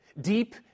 Deep